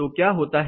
तो क्या होता है